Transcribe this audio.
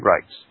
rights